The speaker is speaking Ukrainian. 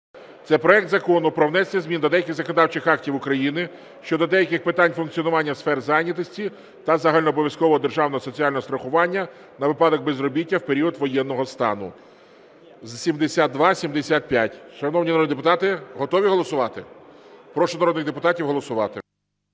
Це проект Закону про внесення змін до деяких законодавчих актів України щодо деяких питань функціонування сфер зайнятості та загальнообов’язкового державного соціального страхування на випадок безробіття в період воєнного стану (7275). Шановні народні депутати, готові голосувати? Прошу народних депутатів голосувати.